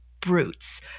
brutes